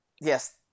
Yes